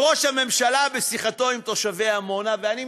ראש הממשלה בשיחתו עם תושבי עמונה, ואני מצטט: